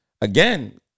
Again